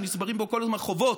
שנצברים בו כל הזמן חובות,